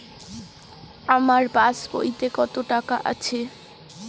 আমার পাস বইতে কত টাকা আছে?